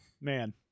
Man